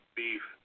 beef